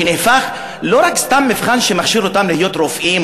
שנהפך לא רק סתם מבחן שמכשיר אותם להיות רופאים,